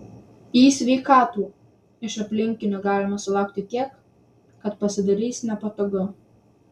į sveikatų iš aplinkinių galima sulaukti tiek kad pasidarys nepatogu